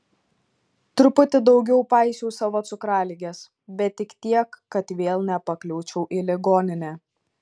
truputį daugiau paisiau savo cukraligės bet tik tiek kad vėl nepakliūčiau į ligoninę